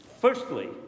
Firstly